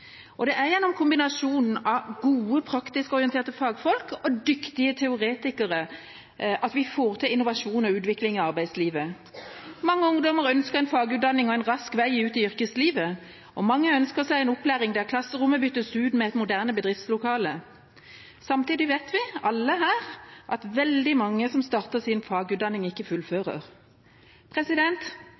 Det er gjennom kombinasjonen av gode, praktisk orienterte fagfolk og dyktige teoretikere vi får til innovasjon og utvikling i arbeidslivet. Mange ungdommer ønsker en fagutdanning og en rask vei ut i yrkeslivet, og mange ønsker seg en opplæring der klasserommet byttes ut med et moderne bedriftslokale. Samtidig vet vi alle her at veldig mange som starter sin fagutdanning, ikke fullfører.